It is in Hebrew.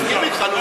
אנחנו מסכימים אתך.